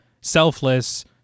selfless